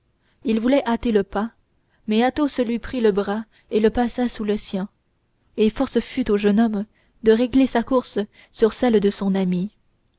il voulait hâter le pas mais athos lui prit le bras et le passa sous le sien et force fut au jeune homme de régler sa course sur celle de son ami